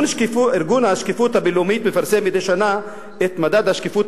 ארגון השקיפות הבין-לאומי מפרסם מדי שנה את מדד השקיפות